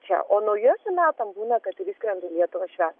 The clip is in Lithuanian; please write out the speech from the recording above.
čia o naujuosiem metam būna kad ir išskrenda į lietuvą švęst